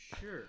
sure